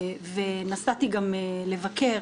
ונסעתי גם לבקר